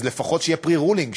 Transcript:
לפחות שיהיה pre-ruling,